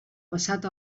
passat